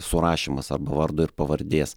surašymas arba vardo ir pavardės